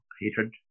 hatred